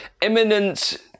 imminent